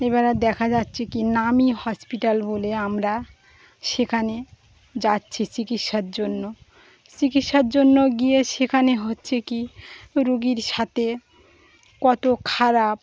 এবারে দেখা যাচ্ছে কি নামী হসপিটাল বলে আমরা সেখানে যাচ্ছি চিকিৎসার জন্য চিকিৎসার জন্য গিয়ে সেখানে হচ্ছে কী রোগীর সাথে কত খারাপ